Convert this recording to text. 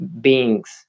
beings